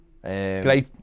Great